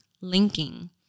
linking